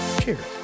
Cheers